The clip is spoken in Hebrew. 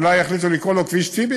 ואולי יחליטו לקרוא לו בסוף "כביש טיבי".